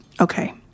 okay